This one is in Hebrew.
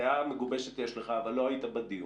דעה מגובשת יש לך, אבל לא היית בדיון.